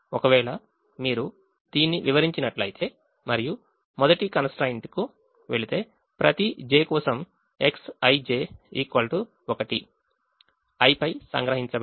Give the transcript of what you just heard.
ఒకవేళ మీరు దీన్ని వివరించినట్లయితే మరియు మొదటి కన్స్ ట్రైన్ట్ కు వెళితే ప్రతి j కోసం Xij 1 i పై సంగ్రహించబడింది